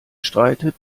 streitet